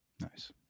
nice